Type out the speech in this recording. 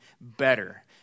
better